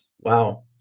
Wow